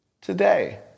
Today